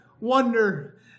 wonder